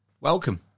welcome